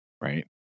Right